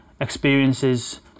experiences